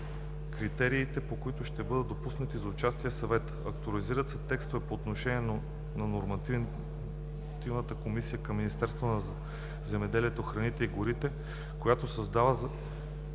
критериите, по които ще бъдат допускани за участие в съвета. Актуализирани са текстовете по отношение на Помирителната комисия към министъра на земеделието, храните и горите, която съдейства